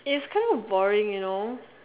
is kind of boring you know